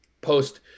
post